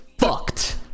fucked